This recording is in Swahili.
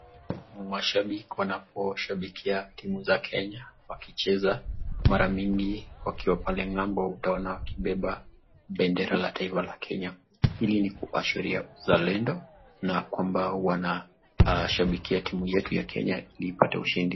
Washabiki wanapo shabikia timu za Kenya waki cheza, mara mingi wakiwa pale ng'ambo utaona wakibeba bendera za taifa la Kenya. Hili ni Kuashiria uzalendo na kwamba wanashabikia timu yetu ya Kenya Ili wapate ushindi.